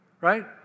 Right